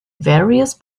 various